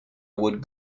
would